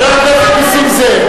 חבר הכנסת נסים זאב,